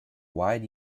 wide